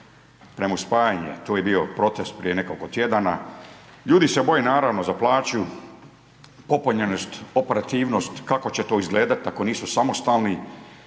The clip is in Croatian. prema spajanju, tu je bio protest prije nekoliko tjedana, ljudi se boje, naravno, za plaću, popunjenost, operativnost, kako će to izgledati ako nisu samostalni